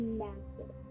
massive